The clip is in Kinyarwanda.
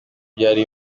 byari